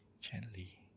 Gently